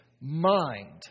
mind